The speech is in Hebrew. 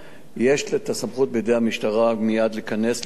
יש סמכות בידי המשטרה מייד להיכנס לעבודה.